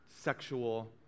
sexual